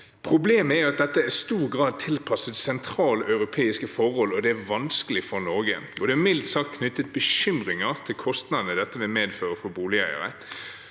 Problemet er at dette i stor grad er tilpasset sentraleuropeiske forhold, og det er vanskelig for Norge. Det er mildt sagt knyttet bekymringer til kostnadene dette vil medføre for boligeiere.